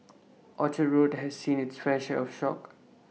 Orchard road has seen it's fair share of shock